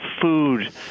food